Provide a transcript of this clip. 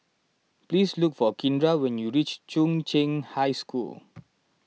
please look for Kindra when you reach Chung Cheng High School